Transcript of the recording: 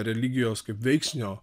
religijos kaip veiksnio